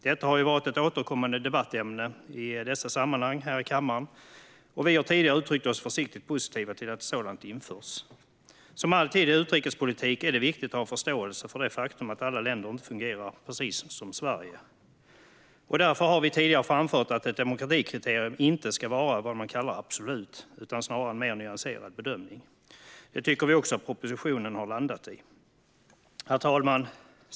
Detta har varit ett återkommande debattämne i dessa sammanhang här i kammaren, och vi har tidigare uttryckt oss försiktigt positivt till att ett sådant införs. Som alltid i utrikespolitik är det viktigt att ha förståelse för det faktum att alla länder inte fungerar precis som Sverige. Därför har vi tidigare framfört att ett demokratikriterium inte ska vara vad man kallar absolut utan snarare skapa en mer nyanserad bedömning. Det tycker vi också att propositionen har landat i. Herr talman!